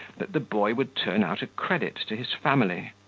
that the boy would turn out a credit to his family.